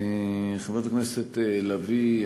חברת הכנסת לביא,